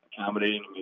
accommodating